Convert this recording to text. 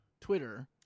Twitter